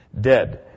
dead